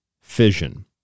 fission